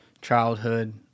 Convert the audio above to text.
childhood